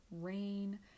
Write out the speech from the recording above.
rain